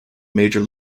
major